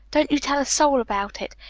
don't you tell a soul about it,